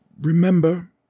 Remember